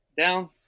Down